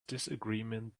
disagreement